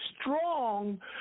strong